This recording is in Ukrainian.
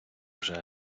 вже